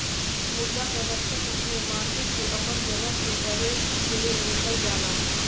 मृदा संरक्षण में माटी के अपन जगह से बहे से रोकल जाला